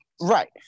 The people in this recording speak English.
right